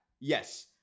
Yes